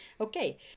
Okay